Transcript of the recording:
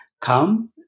come